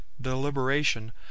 deliberation